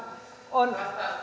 on myös